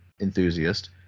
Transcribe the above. enthusiast